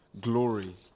glory